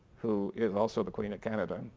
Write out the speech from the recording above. who is also the queen of canada,